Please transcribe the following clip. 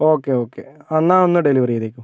okay okay എന്നാൽ ഒന്ന് delivery ചെയ്തേക്കൂ